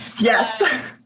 Yes